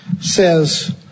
says